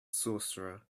sorcerer